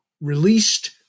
released